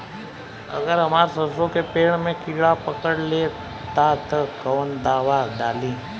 अगर हमार सरसो के पेड़ में किड़ा पकड़ ले ता तऽ कवन दावा डालि?